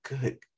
Good